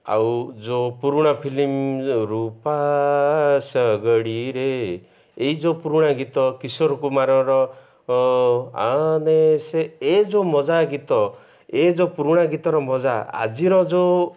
ଆଉ ଯେଉଁ ପୁରୁଣା ଫିଲିମ୍ ଯୋ ରୂପା ଶଗଡ଼ିରେ ଏଇ ଯେଉଁ ପୁରୁଣା ଗୀତ କିଶୋର କୁମାରର ଆନେ ସେ ଏ ଯେଉଁ ମଜା ଗୀତ ଏ ଯେଉଁ ପୁରୁଣା ଗୀତର ମଜା ଆଜିର ଯେଉଁ